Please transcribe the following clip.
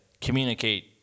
communicate